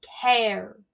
care